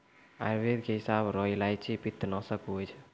आयुर्वेद के हिसाब रो इलायची पित्तनासक हुवै छै